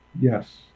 Yes